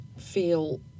feel